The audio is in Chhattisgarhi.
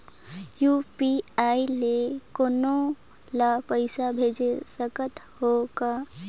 यू.पी.आई ले कोनो ला पइसा भेज सकत हों का?